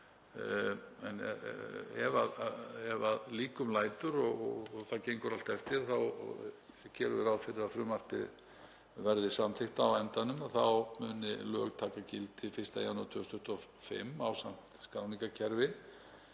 Ef að líkum lætur og það gengur allt eftir þá gerum við ráð fyrir að frumvarpið verði samþykkt á endanum og þá muni lög taki gildi 1. janúar 2025 ásamt skráningarkerfi.